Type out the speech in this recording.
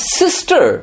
sister